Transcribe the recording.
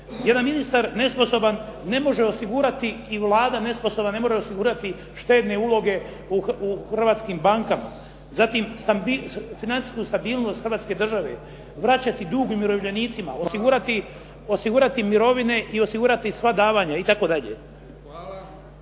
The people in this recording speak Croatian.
Jedan ministar nesposoban i Vlada nesposobna ne može osigurati štedne uloge u hrvatskim bankama, zatim financijsku stabilnost Hrvatske države, vraćati dug umirovljenicima, osigurati mirovine i osigurati sva davanja itd.